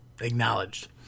acknowledged